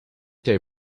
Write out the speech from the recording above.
they